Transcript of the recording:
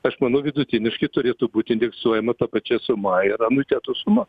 aš manau vidutiniškai turėtų būt indeksuojama ta pačia suma ir anuitetų suma